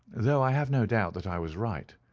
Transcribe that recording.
though i have no doubt that i was right.